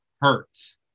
hurts